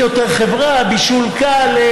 היא יותר חברה: בישול קל,